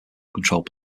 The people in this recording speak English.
controlled